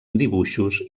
dibuixos